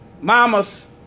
Mama's